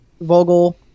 Vogel